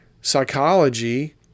psychology